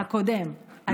הקודם.